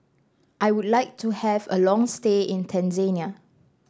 I would like to have a long stay in Tanzania